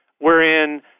wherein